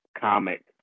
Comic